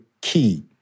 key